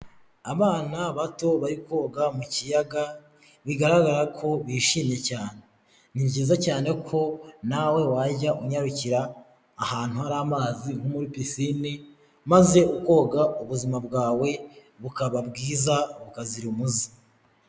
Abana bato bari koga mu kiyaga bigaragara ko bishimye cyane, ni byiza cyane ko nawe wajya unyarukira ahantu hari amazi nko muri pisine maze ukoga ubuzima bwawe bukaba bwiza bukazira umuze.